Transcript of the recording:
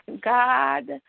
God